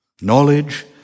Knowledge